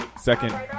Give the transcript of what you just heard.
Second